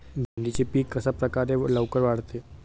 भेंडीचे पीक कशाप्रकारे लवकर वाढते?